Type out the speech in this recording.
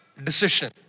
decision